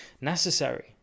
necessary